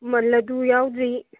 ꯂꯗꯨ ꯌꯥꯎꯗ꯭ꯔꯤ